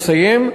אני מסיים.